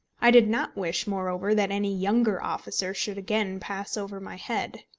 i did not wish, moreover, that any younger officer should again pass over my head.